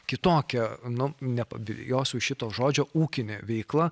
kitokia nu nepabijosiu šito žodžio ūkinė veikla